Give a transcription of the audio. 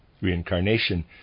Reincarnation